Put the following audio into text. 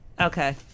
okay